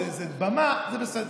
זו במה, זה בסדר.